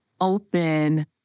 open